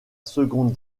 seconde